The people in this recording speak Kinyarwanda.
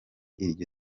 iryo